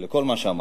לכל מה שאמרת.